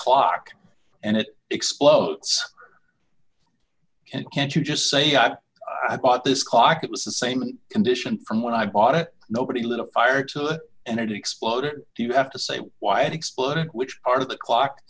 clock and it explodes and can't you just say i bought this clock it was the same condition from when i bought it nobody lit a fire to it and it exploded do you have to say why it exploded which part of the clock